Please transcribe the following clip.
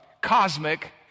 cosmic